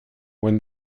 when